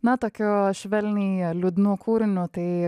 na tokiu švelniai liūdnu kūriniu tai